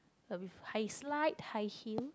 a with high slight high heel